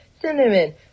cinnamon